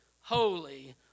holy